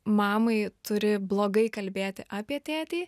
mamai turi blogai kalbėti apie tėtį